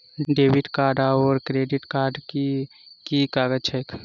Debit card आओर credit card केँ की काज छैक?